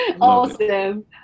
awesome